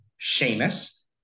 Seamus